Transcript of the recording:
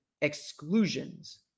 Exclusions